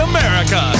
America